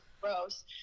gross